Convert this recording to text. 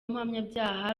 mpanabyaha